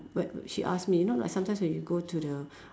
what w~ she ask me you know like sometimes when you go to the